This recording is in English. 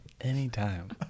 anytime